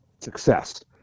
success